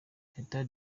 teta